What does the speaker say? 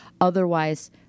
otherwise